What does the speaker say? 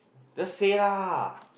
just say lah